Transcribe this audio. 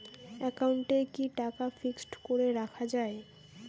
একাউন্টে কি টাকা ফিক্সড করে রাখা যায়?